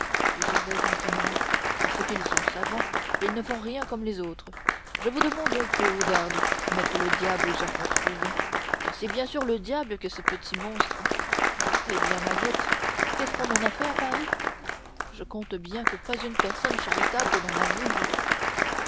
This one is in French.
dit gervaise en grommelant parce qu'ils sont savants ils ne font rien comme les autres je vous demande un peu oudarde mettre le diable aux enfants trouvés car c'était bien sûr le diable que ce petit monstre hé bien mahiette qu'est-ce qu'on en a fait à paris je compte bien que pas une personne charitable n'en a voulu